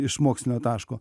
iš mokslinio taško